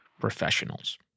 professionals